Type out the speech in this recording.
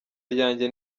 ryanjye